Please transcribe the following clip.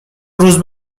روز